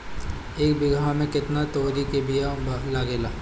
एक बिगहा में केतना तोरी के बिया लागेला?